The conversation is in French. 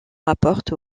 rapporte